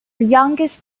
youngest